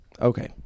okay